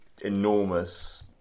enormous